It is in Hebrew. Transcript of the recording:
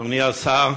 אדוני השר,